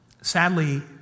Sadly